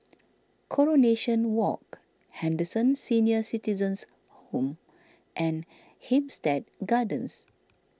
Coronation Walk Henderson Senior Citizens' Home and Hampstead Gardens